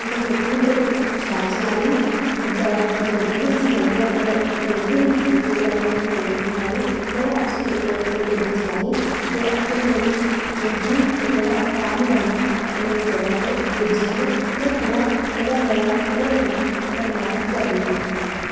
तुसें गड्डी बी बड़ी शैल चलाई जादा जल्दी बी निं चलाई ऐ जादा तेज बी निं कीती ते जादा ना गै बल्लें चलाई बड़ा अच्छे तरीके कन्नै तुसें गड्डी चलाई ते अज्ज अ'ऊं बड़ी जल्दी ते बड़ा आराम कन्नै अपनी इस जगह् पर पुज्जी ऐं में थोआढ़ा बड़ा बड़ा दिलै कन्नै धन्यावाद करनी आं